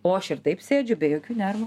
o aš ir taip sėdžiu be jokių nervų